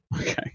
Okay